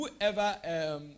whoever